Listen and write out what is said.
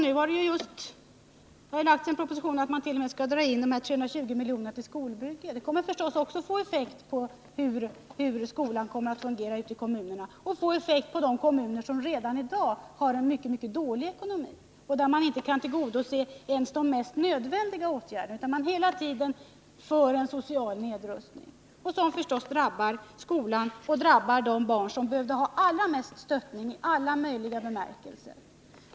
Nu har det just lagts fram en proposition som innebär att man vill dra in de här 320 miljonerna för skolbyggen, vilket naturligtvis också kommer att inverka på skolans funktion ute i kommunerna, inte minst i de kommuner som redan i dag har en mycket dålig ekonomi och där man inte kan tillgodose ens de mest nödvändiga behoven utan hela tiden rustar ned socialt. Detta drabbar förstås skolan och de barn som behöver ha mest stöd i alla möjliga bemärkelser.